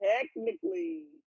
Technically